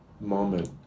moment